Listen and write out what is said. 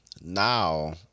Now